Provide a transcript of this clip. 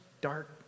dark